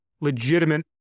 legitimate